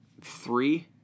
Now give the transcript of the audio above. Three